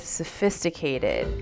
sophisticated